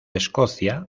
escocia